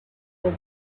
the